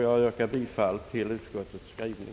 Jag yrkar bifall till utskottets förslag.